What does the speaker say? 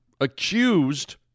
accused